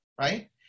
right